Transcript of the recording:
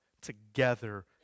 together